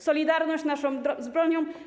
Solidarność naszą bronią.